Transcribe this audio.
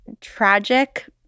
tragic